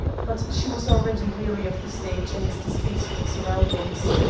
but she was already weary of the stage and its distasteful surroundings.